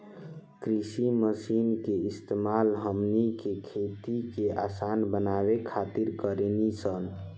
कृषि मशीन के इस्तेमाल हमनी के खेती के असान बनावे खातिर कारेनी सन